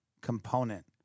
component